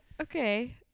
Okay